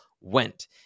went